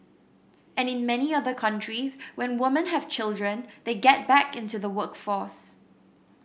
and in many other countries when woman have children they get back into the workforce